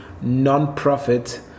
non-profit